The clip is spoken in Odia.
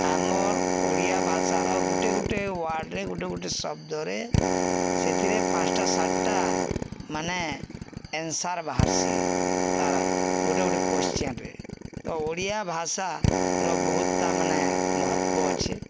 ଆମର୍ ଓଡ଼ିଆ ଭାଷାର ଗୁଟେ ଗୁଟେ ୱାର୍ଡ଼୍ରେ ଗୁଟେ ଗୁଟେ ଶବ୍ଦରେ ସେଥିରେ ପାଞ୍ଚ୍ଟା ସାତ୍ଟା ମାନେ ଏନ୍ସାର୍ ବାହାର୍ସି ତାର୍ ଗୁଟେ ଗୁଟେ କୋଶ୍ଚିନ୍ରେ ତ ଓଡ଼ିଆ ଭାଷାର ବହୁତ୍ ତାମାନେ ମହତ୍ଵ ଅଛେ